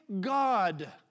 God